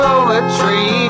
Poetry